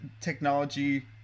technology